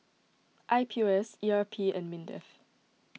I P O S E R P and Mindef